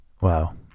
wow